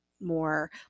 more